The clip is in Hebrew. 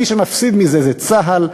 מי שמפסיד מזה זה צה"ל,